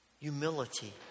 humility